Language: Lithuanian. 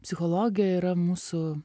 psichologijoj yra mūsų